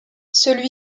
celui